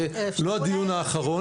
זה לא יהיה הדיון האחרון,